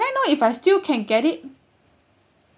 can I know if I still can get it